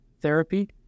therapy